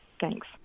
Thanks